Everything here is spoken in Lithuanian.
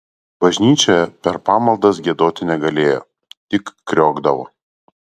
bažnyčioje per pamaldas giedoti negalėjo tik kriokdavo